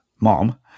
mom